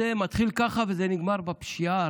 זה מתחיל ככה וזה נגמר בפשיעה.